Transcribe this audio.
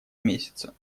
месяца